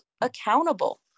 accountable